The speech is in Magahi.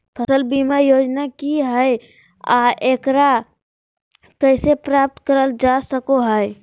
फसल बीमा योजना की हय आ एकरा कैसे प्राप्त करल जा सकों हय?